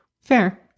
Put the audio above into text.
Fair